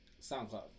SoundCloud